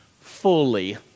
Fully